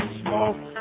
smoke